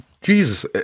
Jesus